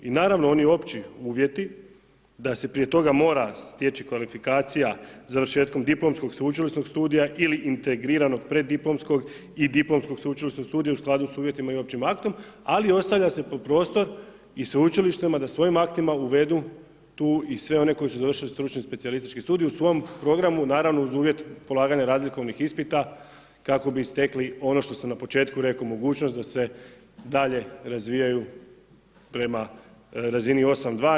I naravno oni opći uvjeti da se prije toga mora stječi kvalifikacija završetkom diplomskog, sveučilišnog studija ili integriranog preddiplomskog i diplomskog sveučilišnog studija u skladu sa uvjetima i općim aktom ali ostavlja se prostor i sveučilištima da svojim aktima uvedu tu i sve one koji su završili stručni specijalistički studij u svom programu naravno uz uvjet polaganja razlikovnih ispita kako bi stekli ono što sam na početku rekao mogućnost da se dalje razvijaju prema razini 8.2.